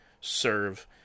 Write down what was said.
serve